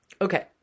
Okay